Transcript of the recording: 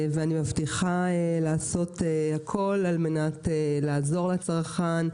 ואני מבטיחה לעשות הכול על מנת לעזור לצרכן,